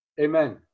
Amen